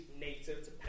native